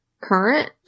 Current